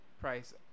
price